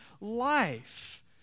life